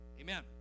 amen